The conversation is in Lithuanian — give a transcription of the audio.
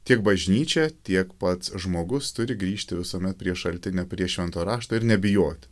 tiek bažnyčia tiek pats žmogus turi grįžti visuomet prie šaltinio prie švento rašto ir nebijoti